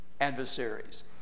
adversaries